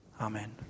amen